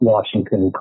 Washington